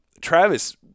Travis